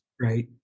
Right